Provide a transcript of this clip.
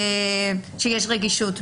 שיש רגישות.